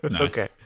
Okay